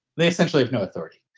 they essentially have no authority.